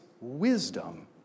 wisdom